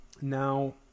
now